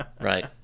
Right